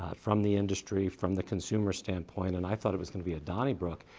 ah from the industry, from the consumer standpoint. and i thought it was going to be a donnybrook,